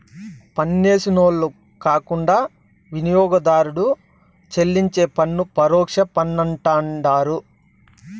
పన్నేసినోళ్లు కాకుండా వినియోగదారుడు చెల్లించే పన్ను పరోక్ష పన్నంటండారు